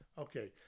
Okay